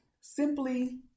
Simply